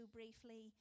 briefly